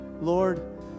Lord